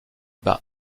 bas